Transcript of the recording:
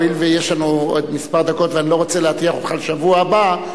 הואיל ויש לנו עוד דקות מספר ואני לא רוצה להטריח אותך לשבוע הבא,